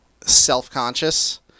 self-conscious